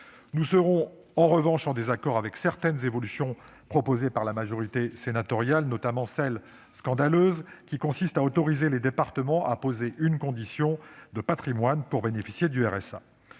Nous serons en revanche en désaccord avec certaines évolutions proposées par la majorité sénatoriale, notamment celle, scandaleuse, qui consiste à autoriser les départements à poser une condition de patrimoine pour pouvoir bénéficier du RSA.